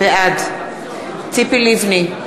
בעד ציפי לבני,